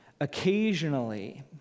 occasionally